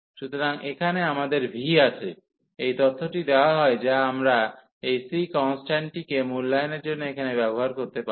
সুতরাং এখানে আমাদের v আছে এই তথ্যটি দেওয়া হয় যা আমরা এই c কন্সট্যান্টটিকে মূল্যায়নের জন্য এখানে ব্যবহার করতে পারি